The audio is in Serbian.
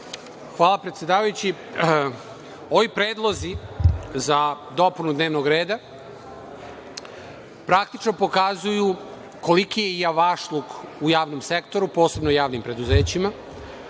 Hvala, predsedavajući. Ovi predlozi za dopunu dnevnog reda praktično pokazuju koliki je javašluk u javnom sektoru, posebno u javnim preduzećima